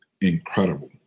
incredible